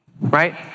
right